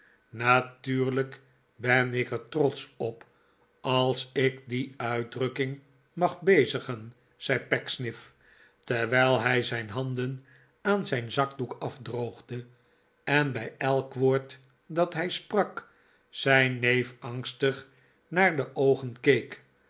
natuurlijk ben ik er trotsch op als ik die uitdrukking mag b'ezigen zei pecksniff terwijl hij zijn handen aan zijn zakdoek afdroogde en bi elk woord dat hij sprak zijn neef angstig naar de oogen